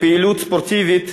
לפעילות ספורטיבית